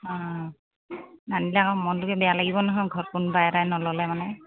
অঁ নানিলে আকৌ মনটোকে বেয়া লাগিব নহয় ঘৰত কোনোবা এটাই নল'লে মানে